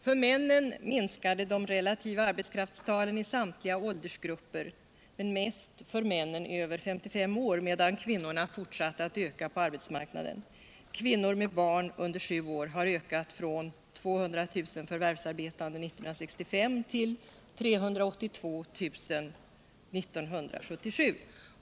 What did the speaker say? För männen minskade de relativa arbetskraftstalen i samtliga åldersgrupper och mest för män över 55 år, medan antalet kvinnor fortsatte att öka på arbetsmarknaden. Antalet kvinnor med barn under sju år har ökat från 200 000 förvärvsarbetande år 1965 till 382 000 år 1977.